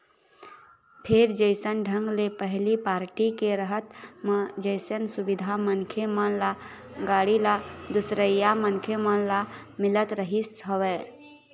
फेर जइसन ढंग ले पहिली पारटी के रहत म जइसन सुबिधा मनखे मन ल, गाड़ी ल, दूसरइया मनखे मन ल मिलत रिहिस हवय